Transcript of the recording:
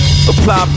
Apply